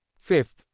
Fifth